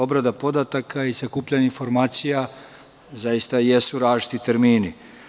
Obrada podataka i prikupljanje informacija zaista jesu različiti termini.